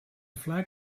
flag